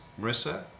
Marissa